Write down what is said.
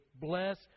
bless